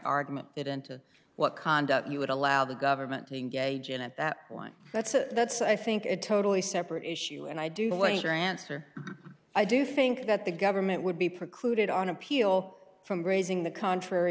argument it into what conduct you would allow the government to engage in at that point that's a that's i think a totally separate issue and i do believe your answer i do think that the government would be precluded on appeal from grazing the contrary